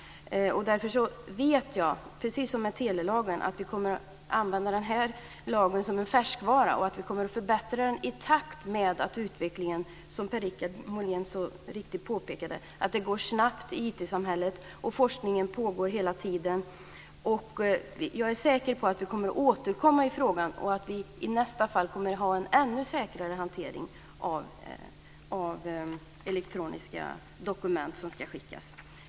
Jag vet att vi kommer att använda denna lag som en färskvara, precis som telelagen. Vi kommer att förbättra lagen i takt med utvecklingen. Per-Richard Molén påpekade mycket riktigt att det går snabbt i IT-samhället. Forskning pågår hela tiden. Vi återkommer i frågan och vid nästa tillfälle får vi en ännu säkrare hantering av elektroniska dokument som skickas.